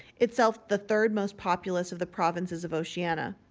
itself the third most populous of the provinces of oceania.